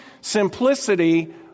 simplicity